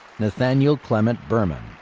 nathaniel clement berman.